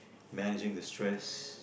managing the stress